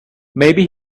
maybe